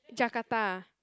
Jakarta